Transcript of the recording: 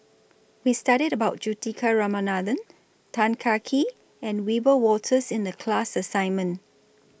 We studied about Juthika Ramanathan Tan Kah Kee and Wiebe Wolters in The class assignment